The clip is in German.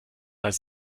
als